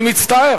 אני מצטער,